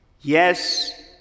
Yes